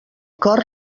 cor